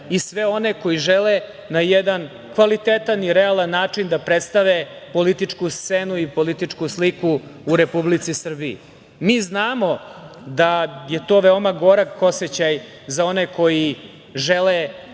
i sve one koji žele na jedan kvalitetan i realan način da predstave političku scenu i političku sliku u Republici Srbiji. Mi znamo da je to veoma gorak oseća za one koji žele